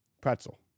Pretzel